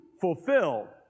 fulfill